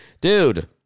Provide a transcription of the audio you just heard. Dude